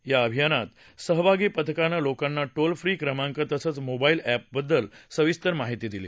या अभियानात सहभागी पथकान लोकांना शिल क्री क्रमांक तसंच मोबाईल एपबद्दल सविस्तर माहिती दिली